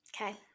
Okay